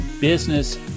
business